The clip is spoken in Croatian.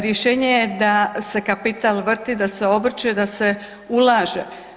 Rješenje je da se kapital vrti, da se obrće i da se ulaže.